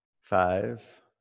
Five